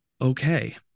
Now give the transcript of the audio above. okay